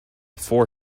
four